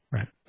Right